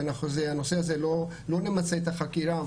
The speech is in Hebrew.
לא נמצה את החקירה